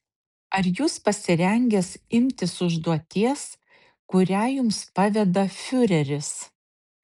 ar jūs pasirengęs imtis užduoties kurią jums paveda fiureris